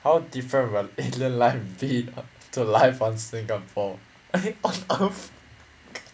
how different will alien life be to life on singapore